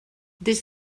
des